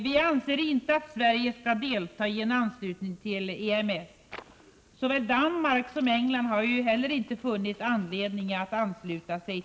Vi anser inte att Sverige skall delta i ett samarbete inom EMS. Varken Danmark eller England har funnit anledning att ansluta sig.